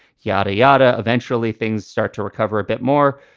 yada, yada. eventually, things start to recover a bit more.